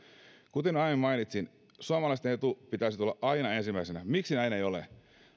kuten aiemmin mainitsin suomalaisten edun pitäisi tulla aina ensimmäisenä miksi näin ei ole